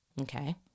Okay